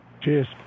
Cheers